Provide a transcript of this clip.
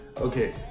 Okay